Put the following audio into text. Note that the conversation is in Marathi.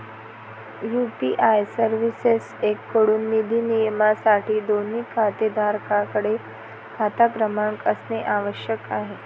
यू.पी.आय सर्व्हिसेसएकडून निधी नियमनासाठी, दोन्ही खातेधारकांकडे खाता क्रमांक असणे आवश्यक आहे